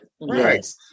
right